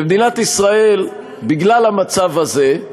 במדינת ישראל, בגלל המצב הזה,